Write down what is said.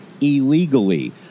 illegally